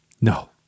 No